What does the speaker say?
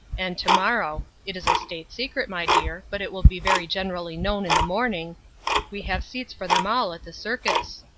and to-morrow it is a state secret, my dear, but it will be very generally known in the morning we have seats for them all at the circus.